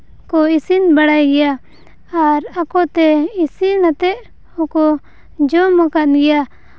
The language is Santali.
ᱠᱚ ᱤᱥᱤᱱ ᱵᱟᱲᱟᱭ ᱜᱮᱭᱟ ᱟᱨ ᱟᱠᱚᱛᱮ ᱤᱥᱤᱱ ᱠᱟᱛᱮᱫ ᱦᱚᱠᱚ ᱡᱚᱢ ᱟᱠᱟᱫ ᱜᱮᱭᱟ